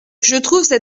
cette